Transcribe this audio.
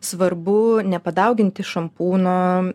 svarbu nepadauginti šampūno